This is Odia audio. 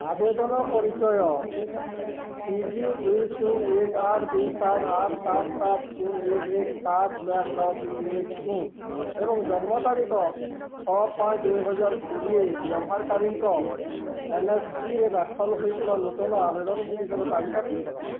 ଆବେଦନ ପରିଚୟ ଟି ଜି ଦୁଇ ଶୂନ ଏକ ଦୁଇ ଆଠ ସାତ ସାତ ଶୂନ ଏକ ଏକ ସାତ ଚାରି ନଅ ଦୁଇ ଏକ ଶୂନ ଏବଂ ଜନ୍ମତାରିଖ ଛଅ ପାଞ୍ଚ ଦୁଇହଜାର କୋଡ଼ିଏ ବ୍ୟବହାରକାରୀଙ୍କ ଏନ୍ଏସ୍ପିରେ ଦାଖଲ ହୋଇଥିବା ନୂତନ ଆବେଦନ ଗୁଡ଼ିକର ତାଲିକା କର